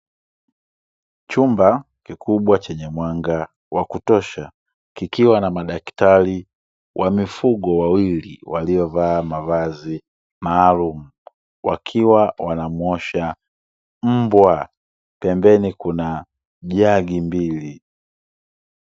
Chumba kikubwa chenye mwanga wa kutosha, kikiwa na madaktari wa mifugo wawili waliovaa mavazi maalumu, wakiwa wanamuosha mbwa. Pembeni kuna jagi mbili.